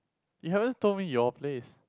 you haven't told me your place